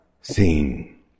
seen